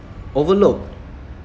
overlook